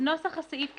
נוסח הסעיף,